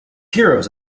heroes